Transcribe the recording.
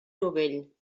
novell